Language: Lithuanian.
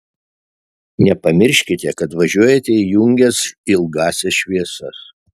nepamirškite kad važiuojate įjungęs ilgąsias šviesas